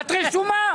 את רשומה.